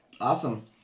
Awesome